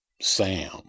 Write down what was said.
Sam